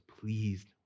pleased